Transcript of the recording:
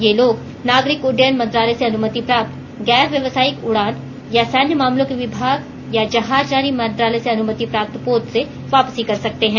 ये लोग नागरिक उड्डयन मंत्रालय से अनुमति प्राप्त गैर व्यवसायिक उड़ान या सैन्य मामलों के विभाग या जहाजरानी मंत्रालय से अनुमति प्राप्त पोत से वापसी कर सकते हैं